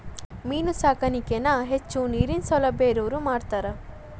main ಸಾಕಾಣಿಕೆನ ಹೆಚ್ಚು ನೇರಿನ ಸೌಲಬ್ಯಾ ಇರವ್ರ ಮಾಡ್ತಾರ